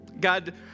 God